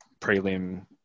prelim